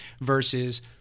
versus –